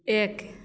एक